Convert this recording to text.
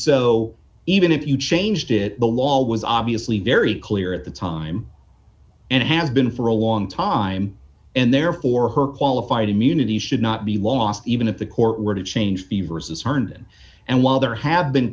so even if you changed it the law was obviously very clear at the time and has been for a long time and therefore her qualified immunity should not be lost even if the court were to change the verses herndon and while there have been